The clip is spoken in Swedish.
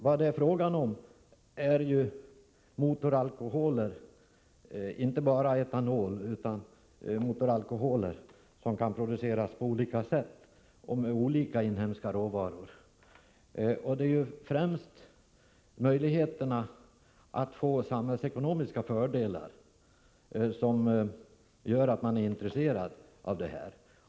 Vad det är fråga om här är ju inte bara etanol utan motoralkoholer över huvud taget, som kan produceras på olika sätt och med olika inhemska — Nr 38 råvaror. Det är främst möjligheterna att få samhällsekonomiska fördelar som ES SN S AR REE Onsdagen den gör att man intresserar sig för detta.